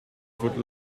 foot